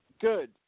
good